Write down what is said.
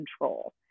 control